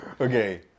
Okay